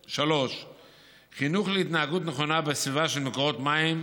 3. חינוך להתנהגות נכונה בסביבה של מקורות מים,